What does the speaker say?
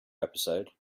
episode